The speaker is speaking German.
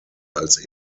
als